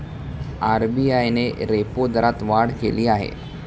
RBI ने repo दरात वाढ केली आहे